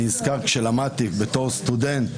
אני נזכר שלמדתי בתור סטודנט,